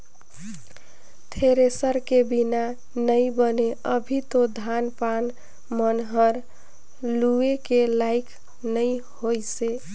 thresher के बिना नइ बने अभी तो धान पान मन हर लुए के लाइक नइ होइसे